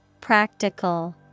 Practical